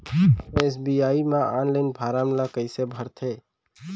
SBI म online form ल कइसे भरथे?